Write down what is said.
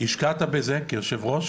שהשקעת בזה כיושב-ראש